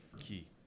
key